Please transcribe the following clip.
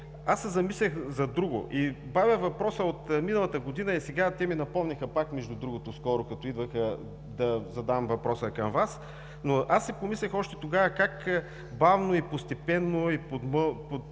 аз се замислих за друго и бавя въпроса от миналата година, и сега те ми напомниха пак, наскоро, като идвах да задам въпроса към Вас. Но аз си помислих още тогава как бавно и постепенно, и подмолно,